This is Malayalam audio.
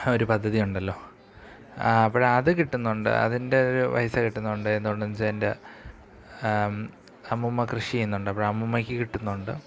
ഒരു പദ്ധതിയുണ്ടല്ലോ അപ്പഴ് അത് കിട്ടുന്നുണ്ട് അതിൻ്റെ ഒരു പൈസ കിട്ടുന്നുണ്ട് എന്തുകൊണ്ടെന്ന് വച്ചാൽ എൻ്റെ അമ്മുമ്മ കൃഷി ചെയ്യുന്നുണ്ട് അപ്പഴ് അമ്മുമ്മയ്ക്ക് കിട്ടുന്നുണ്ട്